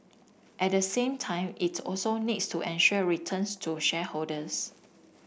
at the same time it also needs to ensure returns to shareholders